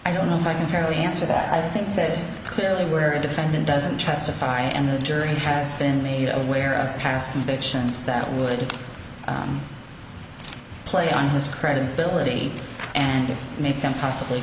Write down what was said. i don't know if i can fairly answer that i think that clearly where a defendant doesn't testify and the jury has been made aware of casting pensions that would play on his credibility and make them possibly